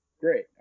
great